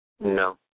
No